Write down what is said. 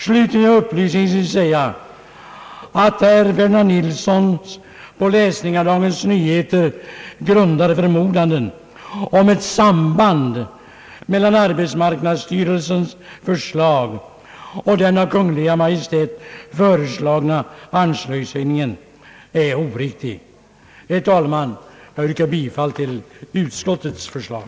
Slutligen vill jag upplysningsvis säga att herr Fredinand Nilssons på läsning av Dagens Nyheter grundade förmodanden om ett samband mellan arbetsmarknadsstyrelsens förslag och den av Kungl. Maj:t föreslagna anslagshöjningen är oriktiga. Herr talman! Jag yrkar bifall till utskottets förslag.